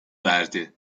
verdi